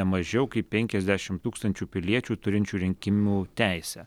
nemažiau kaip penkiasdešimt tūkstančių piliečių turinčių rinkimų teisę